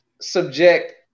subject